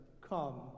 come